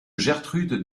gertrude